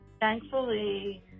Thankfully